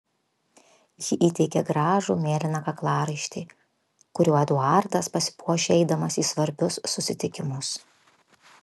ji įteikė gražų mėlyną kaklaraištį kuriuo eduardas pasipuošia eidamas į svarbius susitikimus